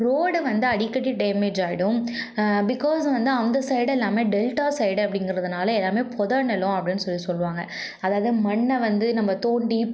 road வந்து அடிக்கடி damage ஆகிடும் பிக்காஸ் வந்து அந்த சைடு எல்லாமே டெல்ட்டா சைடு அப்படிங்கிறதுனால எல்லாமே பொதை நிலம் அப்படின்னு சொல்லி சொல்லுவாங்க அதாவது மண்ணை வந்து நம்ம தோண்டி